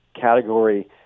category